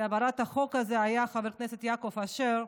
להעברת החוק הזה היה חבר הכנסת יעקב אשר,